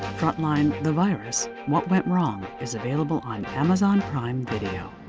frontline the virus what went wrong? is available on amazon prime video.